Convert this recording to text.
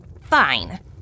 Fine